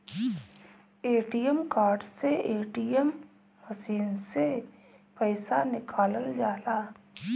ATM card से ATM machine से पईसा निकालल जाला